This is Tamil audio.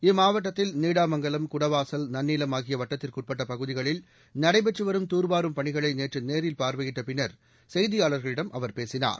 இம்மாவட்டத்தில் நீடாமங்கலம் குடவாசல் நன்னிலம் ஆகிய வட்டத்திற்குட்பட்ட பகுதிகளில் நடைபெற்று வரும் தூர்வாரும் பணிகளை நேற்று நேரில் பார்வையிட்ட பின்னர் செய்தியாளர்களிடம் அவர் பேசினார்